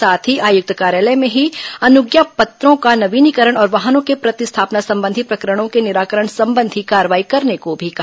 साथ ही आयुक्त कार्यालय में ही अनुज्ञा पत्रों का नवीनीकरण और वाहनों के प्रतिस्थापना संबंधी प्रकरणों के निराकरण संबंधी कार्रवाई करने को भी कहा